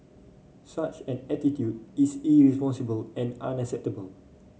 such an attitude is irresponsible and unacceptable